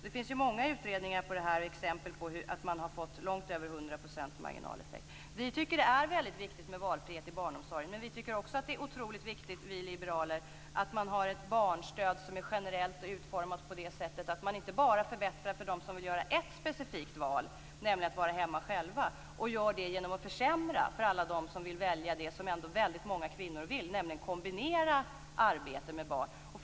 Det finns många utredningar och exempel här som visar att man har fått långt över Vi liberaler tycker att det är väldigt viktigt med valfrihet i barnomsorgen men vi tycker också att det är otroligt viktigt att det finns ett barnstöd som är generellt utformat så att man inte bara förbättrar för dem som vill göra ett specifikt val, nämligen att vara hemma själva, och gör det genom att försämra för alla dem som vill välja det som väldigt många kvinnor vill, nämligen kombinera arbete med barn.